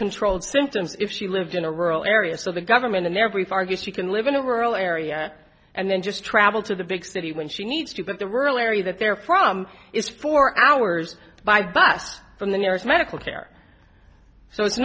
controlled symptoms if she lived in a rural area so the government in their brief argues she can live in a rural area and then just travel to the big city when she needs to but the rural area that they're from is four hours by bus from the nearest medical care so it's